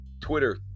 twitter